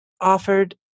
offered